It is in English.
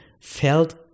felt